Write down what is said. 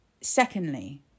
secondly